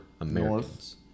Americans